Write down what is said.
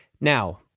Now